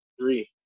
three